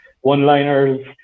one-liners